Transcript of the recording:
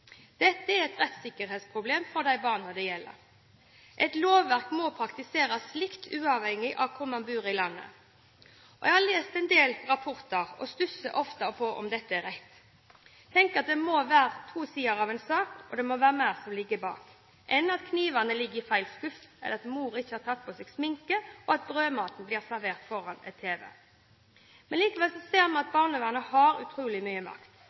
Dette er et rettssikkerhetsproblem for de barna det gjelder. Et lovverk må praktiseres likt uavhengig av hvor man bor i landet. Jeg har lest en del rapporter, og stusser ofte på hva som er rett. Jeg har tenkt at det må være to sider av en sak, og at det må være mer som ligger bak enn at knivene ligger i feil skuff, at mor ikke har tatt på seg sminke, eller at brødmaten blir servert foran tv. Likevel ser vi at barnevernet har utrolig mye makt,